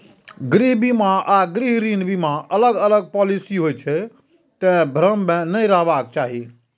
गृह बीमा आ गृह ऋण बीमा अलग अलग पॉलिसी होइ छै, तें भ्रम मे नै रहबाक चाही